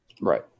Right